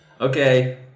Okay